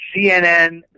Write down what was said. CNN